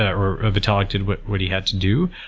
or vitalik did what what he had to do.